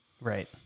Right